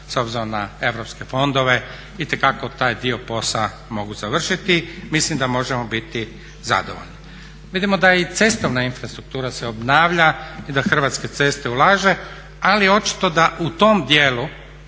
s obzirom na europske fondove itekako taj dio posla mogu završiti, mislim da možemo biti zadovoljni. Vidimo da i cestovna infrastruktura se obnavlja i da Hrvatske ceste ulaže ali očito da u tom dijelu